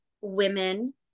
women